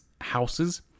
houses